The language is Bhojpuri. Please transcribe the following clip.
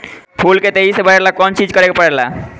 फूल के तेजी से बढ़े ला कौन चिज करे के परेला?